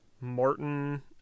Martin